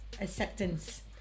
Acceptance